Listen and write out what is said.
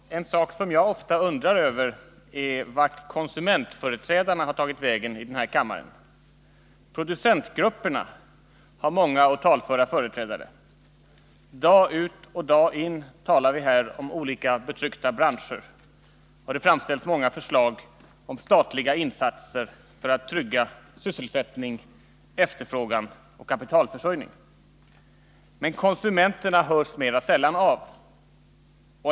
Fru talman! En sak som jag ofta undrar över är vart konsumentföreträdarna har tagit vägen i den här kammaren. Producentgrupperna har många och talföra företrädare. Dag ut och dag in talar vi här om olika betryckta branscher, och det framställs många förslag om statliga insatser för att trygga sysselsättning, efterfrågan och kapitalförsörjning. Men konsumenterna hörs mera sällan av.